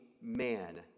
man